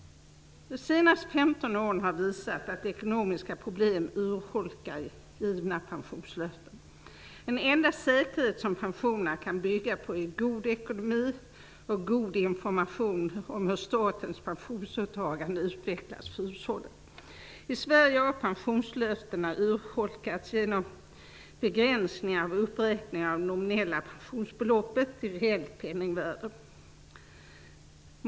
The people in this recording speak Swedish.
De senaste 15 åren har visat att ekonomiska problem urholkar givna pensionslöften. Den enda säkerhet pensionerna kan bygga på är god ekonomi och god information om hur statens pensionsåtagande utvecklas för hushållen. I Sverige har pensionslöftena urholkats genom begränsningar av uppräkningar av det nominella pensionsbeloppet till reellt penningvärde.